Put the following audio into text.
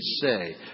say